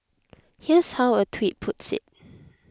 here's how a tweet puts it